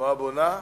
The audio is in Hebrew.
תנועה בונה,